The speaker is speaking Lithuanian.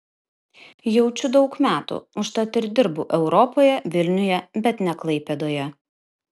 jaučiu daug metų užtat ir dirbu europoje vilniuje bet ne klaipėdoje